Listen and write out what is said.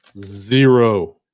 Zero